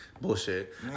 Bullshit